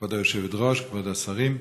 כבוד היושבת-ראש, כבוד השרים,